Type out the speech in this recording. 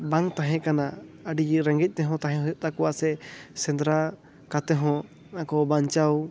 ᱵᱟᱝ ᱛᱟᱦᱮᱸ ᱠᱟᱱᱟ ᱟᱹᱰᱤ ᱤᱭᱟᱹ ᱨᱮᱸᱜᱮᱡ ᱛᱮᱦᱚᱸ ᱛᱟᱦᱮᱸ ᱦᱩᱭᱩᱜ ᱛᱟᱠᱚᱣᱟ ᱥᱮ ᱥᱮᱸᱫᱽᱨᱟ ᱠᱟᱛᱮ ᱦᱚᱸ ᱟᱠᱚ ᱵᱟᱧᱪᱟᱣ